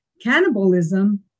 cannibalism